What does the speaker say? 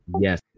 Yes